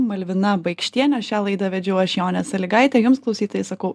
malvina baikštiene šią laidą vedžiau aš jonė salygaitė jums klausytojai sakau